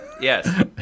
Yes